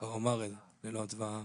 צבא העם.